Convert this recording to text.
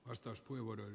herra puhemies